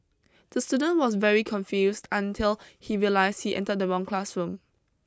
the student was very confused until he realised he entered the wrong classroom